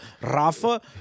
Rafa